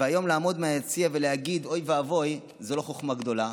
והיום לעמוד מהיציע ולהגיד "אוי ואבוי" זו לא חוכמה גדולה.